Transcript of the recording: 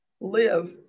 live